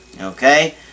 okay